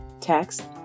text